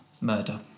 murder